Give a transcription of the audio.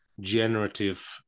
generative